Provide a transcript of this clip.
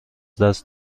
دست